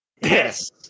Yes